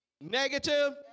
negative